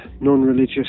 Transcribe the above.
Non-Religious